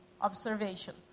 Observation